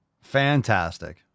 fantastic